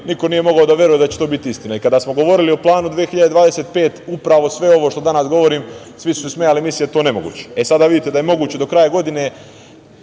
niko nije mogao da veruje da će biti istina. Kada smo govorili o planu 2025. upravo sve ovo danas što govorim, svi su se smejali i mislili da je to nemoguće. E sada vidite da je moguće, do kraja godine